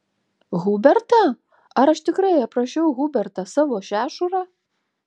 hubertą ar aš tikrai aprašiau hubertą savo šešurą